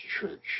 church